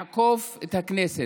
לעקוף את הכנסת.